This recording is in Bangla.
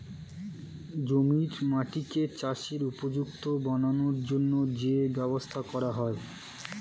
জমির মাটিকে চাষের উপযুক্ত বানানোর জন্যে যে ব্যবস্থা করা হয়